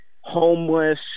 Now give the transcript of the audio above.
homeless